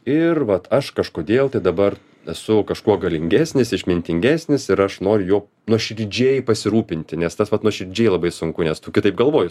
ir vat aš kažkodėl tai dabar esu kažkuo galingesnis išmintingesnis ir aš noriu juo nuoširdžiai pasirūpinti nes tas vat nuoširdžiai labai sunku nes tu kitaip galvoji